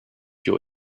your